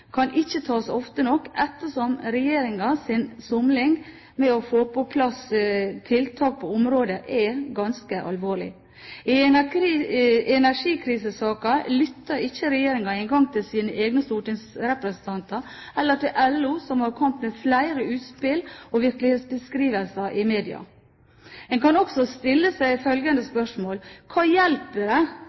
kan ikke tas ofte nok ettersom regjeringens somling med å få på plass tiltak på området er ganske alvorlig. I energikrisesaken lytter ikke regjeringen engang til sine egne stortingsrepresentanter eller til LO – som har kommet med flere utspill – og virkelighetsbeskrivelser i media. En kan også stille seg følgende spørsmål: Hva hjelper det